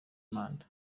manda